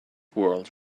world